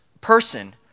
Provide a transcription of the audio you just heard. person